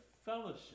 Fellowship